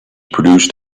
produced